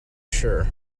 sure